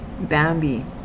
Bambi